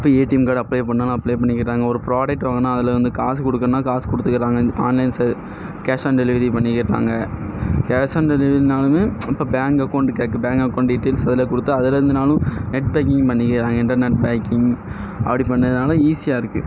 இப்போ ATM card apply பண்ணாலும் apply பண்ணிக்கிறாங்க ஒரு ப்ராடெக்ட் வாங்கினா அதில் வந்து காசு கொடுக்குறதுனா காசு கொடுத்துக்குறாங்க online sale cash on delivery பண்ணிக்கிறாங்க கேஷ் ஆன் டெலிவரினாலுமே இப்போ பேங்க் அக்கௌண்ட்டு கேட்கும் பேங்க் அக்கௌண்ட்டு டிடைல்ஸ் அதில் கொடுத்தா அதிலருந்துனாலும் நெட் பேங்கிங் பண்ணிக்கிறாங்க இன்டர்நெட் பேங்கிங் அப்படி பண்ணதனால ஈஸியாக இருக்குது